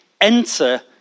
enter